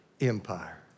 empire